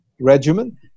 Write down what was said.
regimen